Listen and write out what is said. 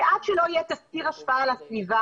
ועד שלא יהיה תסקיר השפעה על הסביבה,